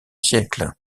siècle